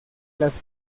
las